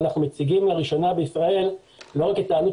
אנחנו מציגים לראשונה בישראל לא רק את העלות